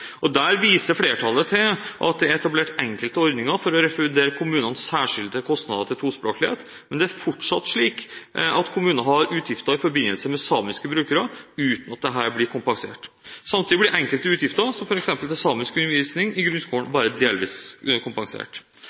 Der viser flertallet til at det er etablert enkelte ordninger for å refundere kommunene særskilte kostnader til tospråklighet. Men det er fortsatt slik at kommuner har utgifter i forbindelse med samiske brukere, uten at dette blir kompensert. Samtidig blir enkelte utgifter, f.eks. til samisk undervisning i grunnskolen, bare delvis kompensert.